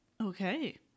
Okay